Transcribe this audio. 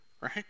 Right